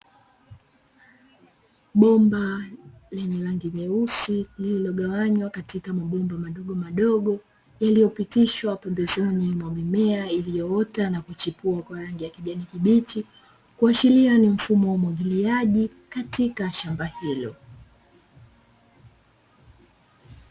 Bomba lenye rangi nyeusi lililogawanywa katika mabomba madogomadogo, yaliyopitishwa na mimea iliyoota na kuchipua kwa rangi ya kijani kibichi, kuashiria ni mfumo wa umwagiliaji katika shamba hilo.